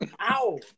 Ow